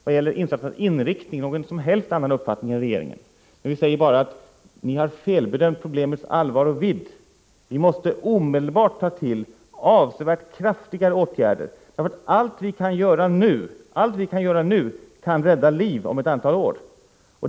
Vad gäller insatsernas inriktning har vi inte någon annan uppfattning än regeringen, men vi säger att ni har felbedömt problemets allvar och vidd. Vår uppfattning är att det omedelbart krävs avsevärt kraftigare åtgärder. Allt vi kan göra nu kan nämligen rädda liv om ett antal år.